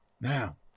Now